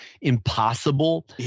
impossible